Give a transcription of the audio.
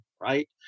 right